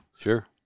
sure